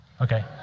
okay